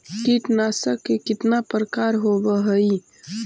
कीटनाशक के कितना प्रकार होव हइ?